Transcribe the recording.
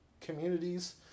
communities